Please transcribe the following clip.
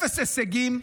אפס הישגים.